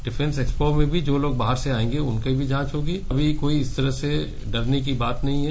defence expo में भी जो लोग बाहर से आयेंगे उनकी भी जांच होगी तो अभी कोई इस तरह से डरने की बात नहीं है